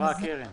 נכון.